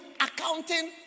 accounting